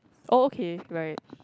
oh okay like